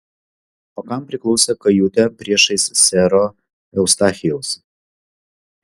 o kam priklausė kajutė priešais sero eustachijaus